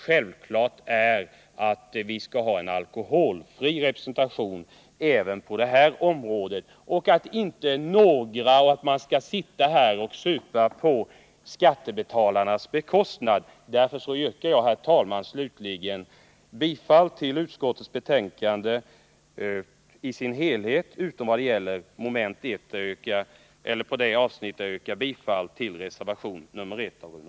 Självklart är att vi skall ha en alkoholfri representation i alla sammanhang och att man inte skall sitta och supa på skattebetalarnas bekostnad. Nu avskaffar vi därför avdragsrätten för sprit och vin i enskildas representationskostnader. Mot denna bakgrund yrkar jag, herr talman, slutligen bifall till utskottets hemställan, utom när det gäller det avsnitt som omfattas av reservation 1 av Rune Ångström, där jag yrkar bifall till reservationen.